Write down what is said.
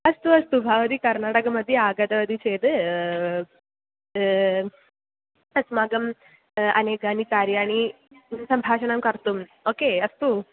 अस्तु अस्तु भवती कर्नाटकमध्ये आगतवती चेद् अस्माकम् अनेकानि कार्याणि सम्भाषणं कर्तुम् ओके अस्तु